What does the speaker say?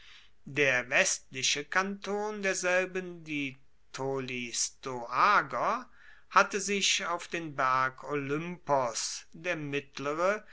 der westliche kanton derselben die tolistoager hatte sich auf den berg olympos der mittlere